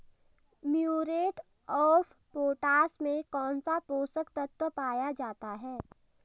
Muriate of potash में कौन सा पोषक तत्व पाया जाता है?